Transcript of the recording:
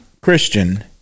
Christian